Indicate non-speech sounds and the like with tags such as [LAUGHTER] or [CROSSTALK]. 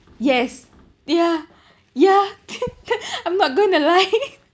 yes ya ya [LAUGHS] I'm not gonna lie [LAUGHS]